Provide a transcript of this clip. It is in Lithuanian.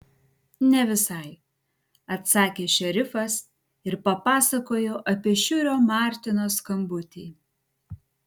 ne visai atsakė šerifas ir papasakojo apie šiurio martino skambutį